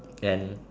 and